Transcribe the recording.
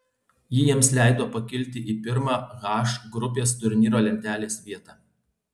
ji jiems leido pakilti į pirmą h grupės turnyro lentelės vietą